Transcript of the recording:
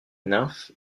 nymphe